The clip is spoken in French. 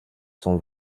son